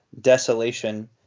desolation